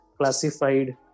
Classified